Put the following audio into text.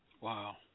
Wow